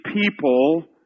people